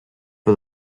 for